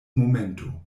momento